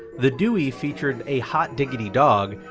the dewey featured a hot diggity dog,